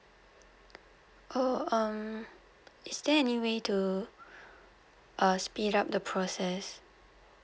oh um is there any way to speed up the process